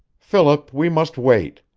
philip, we must wait.